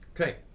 Okay